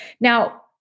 Now